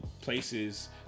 places